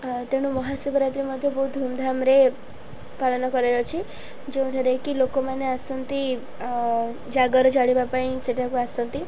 ତେଣୁ ମହାଶିବରାତ୍ରି ମଧ୍ୟ ବହୁତ ଧୁମଧାମରେ ପାଳନ କରାଯାଉଅଛି ଯେଉଁଠାରେକି ଲୋକମାନେ ଆସନ୍ତି ଜାଗର ଜାଳିବା ପାଇଁ ସେଠାକୁ ଆସନ୍ତି